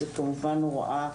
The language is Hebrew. זו כמובן הוראה